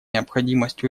необходимость